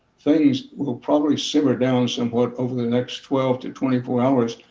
things will probably simmer down somewhat over the next twelve to twenty four hours,